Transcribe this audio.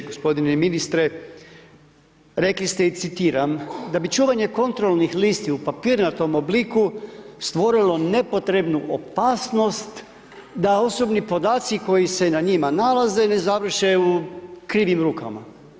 Gospodine ministre, rekli ste i citiram da bi čuvanje kontrolnih listi u papirnatom obliku stvorilo nepotrebnu opasnost da osobni podaci koji se na njima nalaze ne završe u krivim rukama.